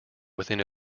within